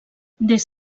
des